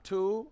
Two